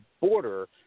border